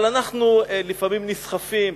אבל אנחנו לפעמים נסחפים,